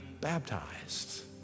baptized